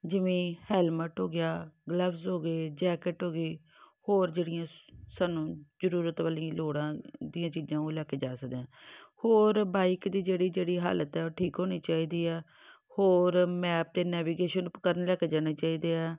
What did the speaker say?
ਜਿਵੇਂ ਹੈਲਮਟ ਹੋ ਗਿਆ ਗਲਵਸ ਹੋ ਗਏ ਜੈਕਟ ਹੋ ਗਈ ਹੋਰ ਜਿਹੜੀਆਂ ਸਾਨੂੰ ਜ਼ਰੂਰਤ ਵਾਲੀ ਲੋੜਾਂ ਦੀਆਂ ਚੀਜ਼ਾਂ ਉਹ ਲੈ ਕੇ ਜਾ ਸਕਦੇ ਹਾਂ ਹੋਰ ਬਾਈਕ ਦੀ ਜਿਹੜੀ ਜਿਹੜੀ ਹਾਲਤ ਹੈ ਉਹ ਠੀਕ ਹੋਣੀ ਚਾਹੀਦੀ ਆ ਹੋਰ ਮੈਪ ਦੇ ਨੈਵੀਗੇਸ਼ਨ ਉਪਕਰਨ ਲੈ ਕੇ ਜਾਣੇ ਚਾਹੀਦੇ ਹੈ